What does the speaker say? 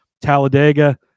Talladega